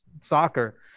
soccer